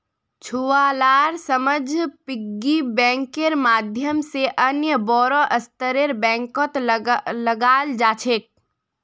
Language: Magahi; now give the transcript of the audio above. छुवालार समझ पिग्गी बैंकेर माध्यम से अन्य बोड़ो स्तरेर बैंकत लगाल जा छेक